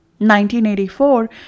1984